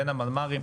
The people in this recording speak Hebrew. בין המנמ"רים,